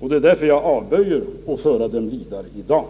Det är därför jag avböjer att föra den diskussionen vidare i dag.